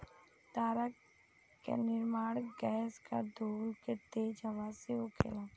तारा के निर्माण गैस आ धूल के तेज हवा से होखेला